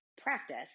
practice